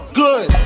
good